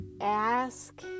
ask